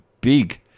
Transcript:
big